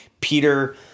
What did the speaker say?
Peter